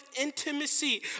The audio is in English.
intimacy